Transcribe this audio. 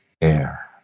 air